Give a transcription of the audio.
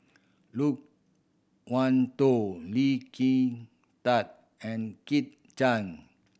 Loke Wan Tho Lee Kin Tat and Kit Chan